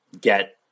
get